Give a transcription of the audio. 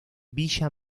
villa